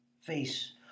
face